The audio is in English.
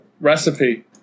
Recipe